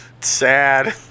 sad